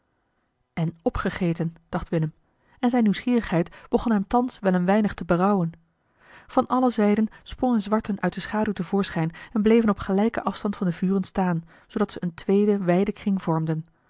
opgegeten dacht willem en zijne nieuwsgierigheid begon hem thans wel een weinig te berouwen van alle zijden sprongen zwarten uit de schaduw te voorschijn en bleven op gelijken afstand van de vuren staan zoodat ze een tweeden wijden kring vormden